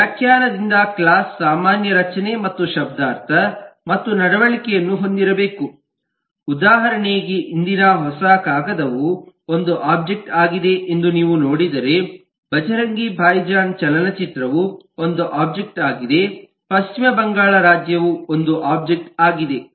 ವ್ಯಾಖ್ಯಾನದಿಂದ ಕ್ಲಾಸ್ ಸಾಮಾನ್ಯ ರಚನೆ ಮತ್ತು ಶಬ್ದಾರ್ಥ ಮತ್ತು ನಡವಳಿಕೆಯನ್ನು ಹೊಂದಿರಬೇಕು ಉದಾಹರಣೆಗೆ ಇಂದಿನ ಹೊಸ ಕಾಗದವು ಒಂದು ಒಬ್ಜೆಕ್ಟ್ ಆಗಿದೆ ಎಂದು ನೀವು ನೋಡಿದರೆ "ಭಜರಂಗಿ ಭೈಜಾನ್" ಚಲನಚಿತ್ರವು ಒಂದು ಒಬ್ಜೆಕ್ಟ್ ಆಗಿದೆ ಪಶ್ಚಿಮ ಬಂಗಾಳ ರಾಜ್ಯವು ಒಂದು ಒಬ್ಜೆಕ್ಟ್ ಆಗಿದೆ